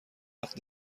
وقتی